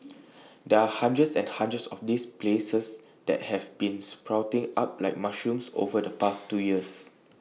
there are hundreds and hundreds of these places that have been sprouting up like mushrooms over the past two years